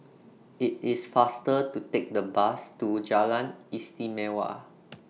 IT IS faster to Take The Bus to Jalan Istimewa